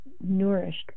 nourished